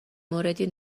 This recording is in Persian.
موردی